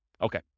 Okay